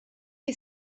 you